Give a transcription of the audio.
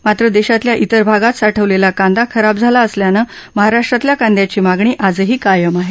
मात्र देशातल्या इतर भागात साठवलेला कांदा खराब झाला असल्यानं महाराष्ट्रातल्या कांदयाची मागणी आजही कायम आहे